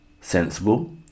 sensible